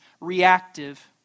reactive